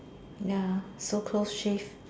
ya so close shave